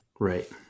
Right